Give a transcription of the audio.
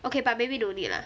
okay but maybe don't need lah